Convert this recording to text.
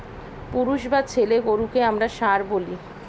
পুরুষ বা ছেলে গরুকে আমরা ষাঁড় বলি